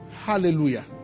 Hallelujah